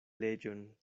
leĝon